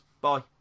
Bye